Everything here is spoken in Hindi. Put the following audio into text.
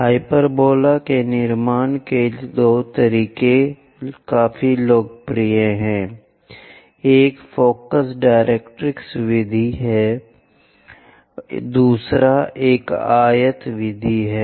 हाइपरबोला के निर्माण के लिए दो तरीके काफी लोकप्रिय हैं एक फोकस डायरेक्ट्रिक्स विधि है दूसरा एक आयत विधि है